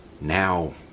Now